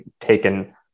taken